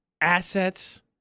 assets